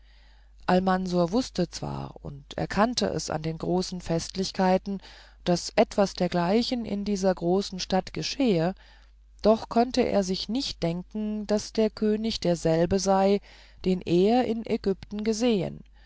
almansor wußte zwar und erkannte es an den großen festlichkeiten daß etwas dergleichen in dieser großen stadt geschehe doch konnte er sich nicht denken daß der könig derselbe sei den er in ägypten gesehen